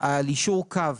על יישור קו